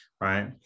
right